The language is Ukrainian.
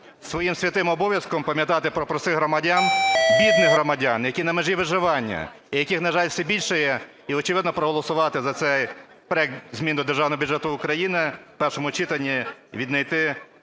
своїм святим обов'язком пам'ятати про простих громадян, бідних громадян, які на межі виживання і яких, на жаль, все більшає. І очевидно проголосувати за цей проект змін до Державного бюджету України в першому читанні, віднайти